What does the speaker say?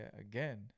again